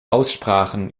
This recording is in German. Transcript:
aussprachen